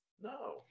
no